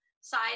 side